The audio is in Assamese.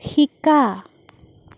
শিকা